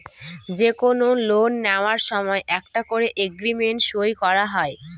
যে কোনো লোন নেওয়ার সময় একটা করে এগ্রিমেন্ট সই করা হয়